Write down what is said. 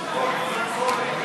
התוצאה?